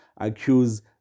accuse